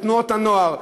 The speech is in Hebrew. בתנועות הנוער,